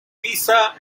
pisa